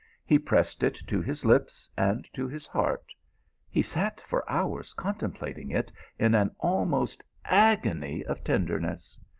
he pressed it to his lips and to his heart he sat for hours contemplating it in an almost agony of tenderness.